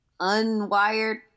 unwired